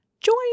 Join